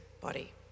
body